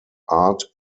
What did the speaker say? art